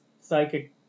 psychic